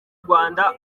rwanda